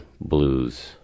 blues